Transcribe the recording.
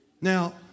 Now